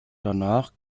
danach